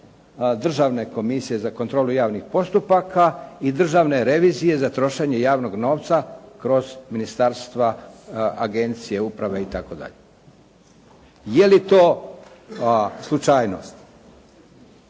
Državne komisije za kontrolu javnih postupaka i Državne revizije za trošenje javnog novca kroz ministarstva, agencije, uprave i tako dalje. Je li to slučajnost?